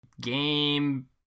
Game